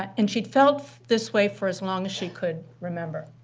and she'd felt this way for as long as she could remember.